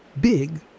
big